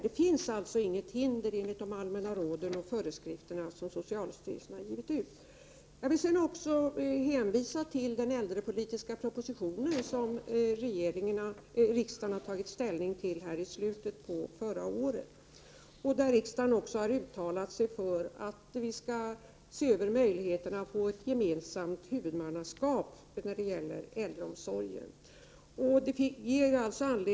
Det finns alltså inget hinder i de allmänna råd och föreskrifter som socialstyrelsen har gett ut. Jag vill vidare hänvisa till den äldrepolitiska proposition som riksdagen tog ställning till i slutet av förra året och där riksdagen uttalade sig för att vi skall se över möjligheterna för ett gemensamt huvudmannaskap när det gäller äldreomsorgen.